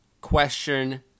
question